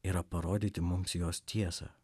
yra parodyti mums jos tiesą